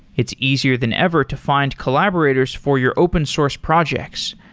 it's easier than ever to find collaborators for your open source projects,